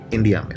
India